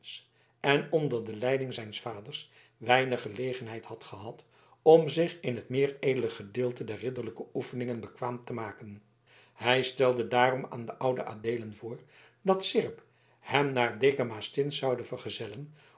en onder de leiding zijns vaders weinig gelegenheid had gehad om zich in het meer edele gedeelte der ridderlijke oefeningen bekwaam te maken hij stelde daarom aan den ouden adeelen voor dat seerp hem naar dekamastins zoude vergezellen